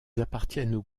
appartiennent